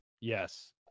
yes